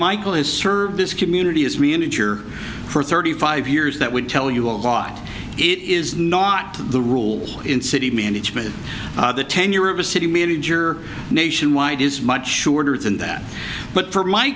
michael is service community as we enter for thirty five years that would tell you a lot it is not the rule in city management the tenure of a city manager nationwide is much shorter than that but for m